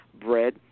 bread